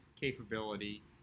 capability